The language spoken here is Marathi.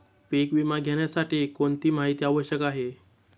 पीक विमा घेण्यासाठी कोणती माहिती आवश्यक आहे?